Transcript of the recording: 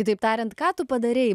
kitaip tariant ką tu padarei